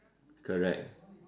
correct